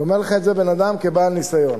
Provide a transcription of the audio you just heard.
אומר לך את זה אדם בעל ניסיון.